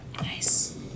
Nice